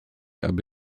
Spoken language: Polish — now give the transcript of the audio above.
aby